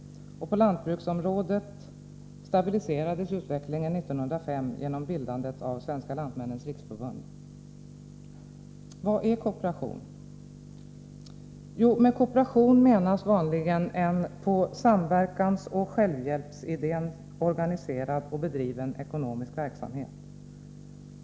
På lantbruksområdet stabiliserades utvecklingen 1905 genom bildandet av Svenska Lantmännens Riksförbund. Vad är kooperation? Jo, med kooperation menas vanligen en på samverkansoch självhjälpsidén organiserad och bedriven ekonomisk verksamhet.